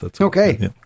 Okay